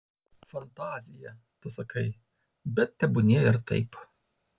fantazija tu sakai bet tebūnie ir taip